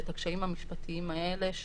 ואת הקשיים המשפטיים האלה,